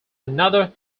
another